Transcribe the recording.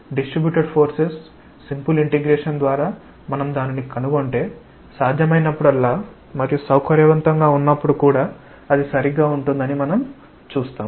distributed forces simple integration ద్వారా మనం దానిని కనుగొంటే సాధ్యమైనప్పుడల్లా మరియు సౌకర్యవంతంగా ఉన్నప్పుడు కూడా అది సరిగ్గా ఉంటుందని మనం చూస్తాము